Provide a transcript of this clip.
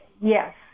Yes